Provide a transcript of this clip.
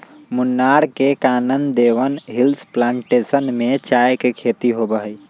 मुन्नार में Kanan Devan hills plantation में चाय के खेती होबा हई